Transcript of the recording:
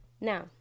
Now